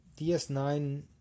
DS9